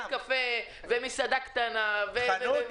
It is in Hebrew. גם בית קפה ומסעדה קטנה ומעדנייה.